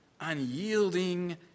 unyielding